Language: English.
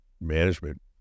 management